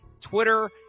Twitter